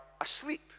asleep